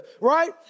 right